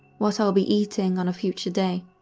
what i'll be eating on a future day,